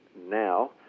now